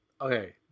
Okay